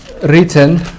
written